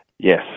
Yes